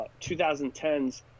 2010s